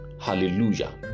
Hallelujah